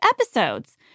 episodes